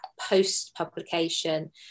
post-publication